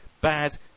bad